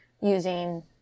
using